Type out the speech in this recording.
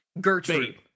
Gertrude